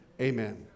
amen